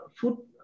food